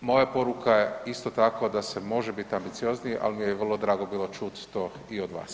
Moja poruka je isto tako da se može biti ambiciozniji, ali mi je vrlo drago bilo čuti to i od vas.